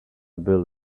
built